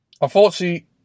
unfortunately